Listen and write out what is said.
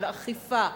של אכיפה,